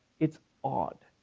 it's odd